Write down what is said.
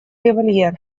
револьвер